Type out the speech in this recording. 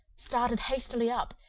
started hastily up,